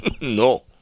No